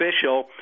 official